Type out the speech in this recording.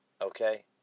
Okay